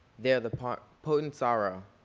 there the potent potent sorrow,